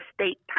state